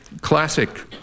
classic